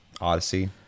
odyssey